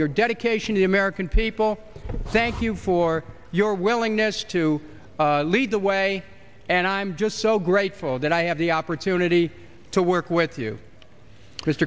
your dedication to the american people thank you for your willingness to lead the way and i'm just so grateful that i have the opportunity to work with you